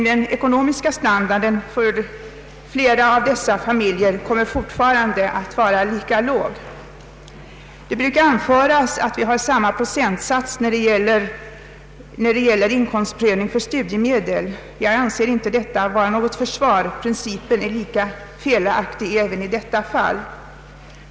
Den ekonomiska standarden för flera av dessa familjer kommer emellertid fortfarande att vara lika låg. Det brukar anföras att samma procentsats tillämpas när det gäller inkomstprövning för studiemedel. Jag anser inte detta vara något försvar. Principen är lika felaktig även i detta fall.